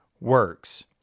works